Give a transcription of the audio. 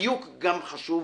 הדיוק גם חשוב.